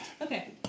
Okay